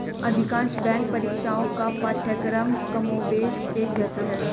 अधिकांश बैंक परीक्षाओं का पाठ्यक्रम कमोबेश एक जैसा है